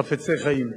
חפצי חיים.